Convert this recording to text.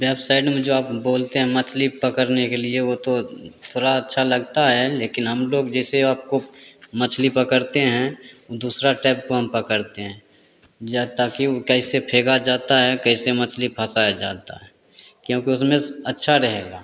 back side में जो आप बोलते हैं मछली पकड़ने के लिए वो तो थोड़ा अच्छा लगता है लेकिन हम लोग जैसे आपको मछली पकड़ते हैं दूसरा टाइप हम पकड़ते हैं ज ताकि उ कैसे फेंका जाता है कैसे मछली फंसाया जाता है क्योंकि उसमें अच्छा रहेगा